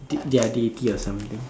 their deity or something